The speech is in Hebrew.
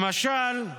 למשל,